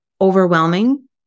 overwhelming